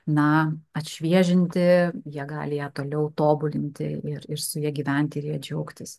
na atšviežinti jie gali ją toliau tobulinti ir ir su ja gyventi ir ja džiaugtis